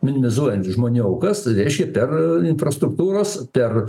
minimizuojant žmonių aukas reiškia per infrastruktūros per